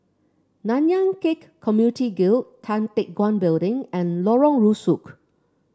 Nanyang Khek Community Guild Tan Teck Guan Building and Lorong Rusuk